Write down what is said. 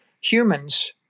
Humans